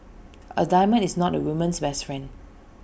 A diamond is not A woman's best friend